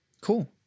Cool